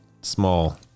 small